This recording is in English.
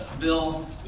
Bill